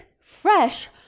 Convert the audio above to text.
fresh